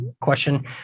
question